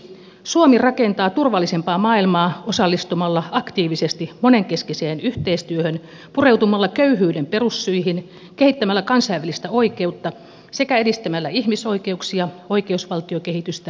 suomi rakentaa turvallisempaa maailmaa osallistumalla aktiivisesti monenkeskiseen yhteistyöhön pureutumalla köyhyyden perussyihin kehittämällä kansainvälistä oikeutta sekä edistämällä ihmisoikeuksia oikeusvaltiokehitystä ja demokratiaa